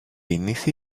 beneath